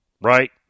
right